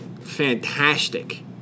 fantastic